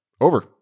Over